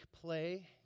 play